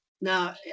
Now